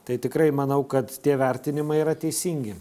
tai tikrai manau kad tie vertinimai yra teisingi